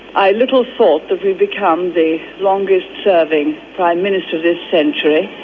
i little thought that we'd become the longest-serving prime minister this century.